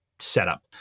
setup